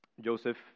Joseph